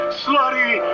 slutty